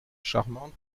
charmante